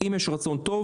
אם יש רצון טוב